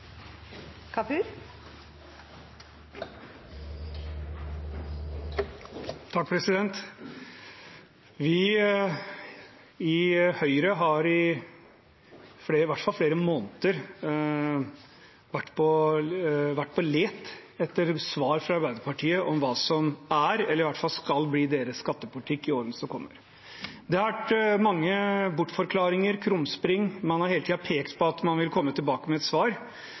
Vi i Høyre har i flere måneder – i hvert fall – vært på leting etter svar fra Arbeiderpartiet om hva som er, eller i hvert fall skal bli, deres skattepolitikk i årene som kommer. Det har vært mange bortforklaringer, krumspring, man har hele tiden pekt på at man vil komme tilbake med et svar,